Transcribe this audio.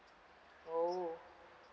oh